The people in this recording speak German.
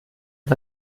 uns